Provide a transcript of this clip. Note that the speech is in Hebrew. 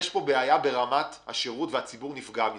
יש פה בעיה ברמת השירות והציבור נפגע מזה.